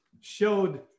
showed